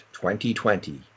2020